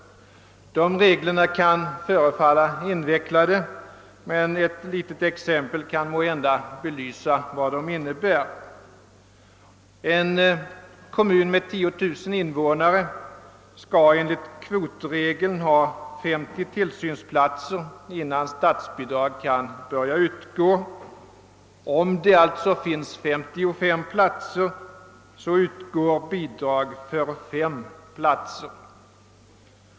Dessa regler kan förefalla invecklade men ett litet exempel kan måhända belysa vad de innebär. skall enligt kvotregeln ha 50 tillsynsplatser innan statsbidrag kan börja utgå. Om det alltså finns 55 platser, utgår bidrag för 5 platser.